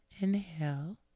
inhale